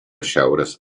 šiaurės